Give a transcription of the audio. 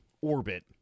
orbit